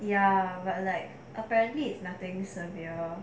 ya but like apparently it's nothing severe